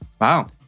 Wow